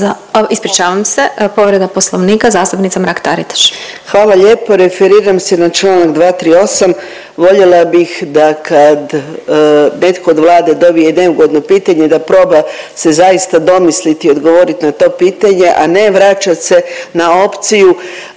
ispričavam se, povreda Poslovnika zastupnica Mrak Taritaš. **Mrak-Taritaš, Anka (GLAS)** Hvala lijepo. Referiram se na Članak 238., voljela bih da kad netko od Vlade dobije neugodno pitanje da proba se zaista domisliti i odgovoriti na to pitanje, a ne vraćat se na opciju